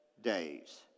days